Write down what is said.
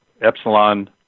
Epsilon